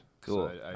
Cool